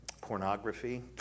Pornography